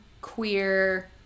queer